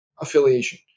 affiliation